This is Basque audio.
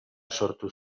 sortu